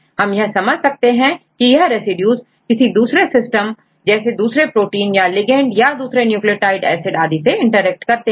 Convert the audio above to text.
हम यह समझ सकते हैं की यह रेसिड्यूज किसी दूसरे सिस्टम जैसे दूसरे प्रोटींस या लिगेंड या दूसरे न्यूक्लियोटाइड एसिड आदि से इंटरेक्ट करते हैं